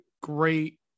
great